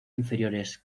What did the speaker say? inferiores